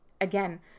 again